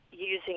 using